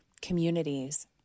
communities